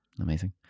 Amazing